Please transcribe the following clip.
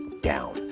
down